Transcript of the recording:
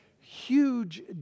huge